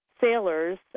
sailors